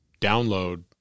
download